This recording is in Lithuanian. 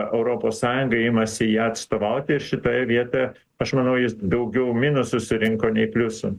europos sąjunga imasi ją atstovauti ir šitoje vietoje aš manau jis daugiau minusų surinko nei pliusų